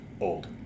old